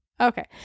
Okay